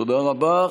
תודה רבה.